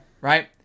right